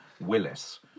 Willis